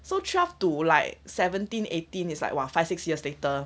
so twelve to like seventeen eighteen is like !wah! five six years later